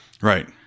Right